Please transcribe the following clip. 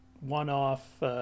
one-off